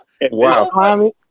Wow